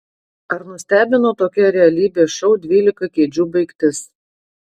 ar nustebino tokia realybės šou dvylika kėdžių baigtis